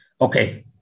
Okay